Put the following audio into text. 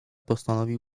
postanowił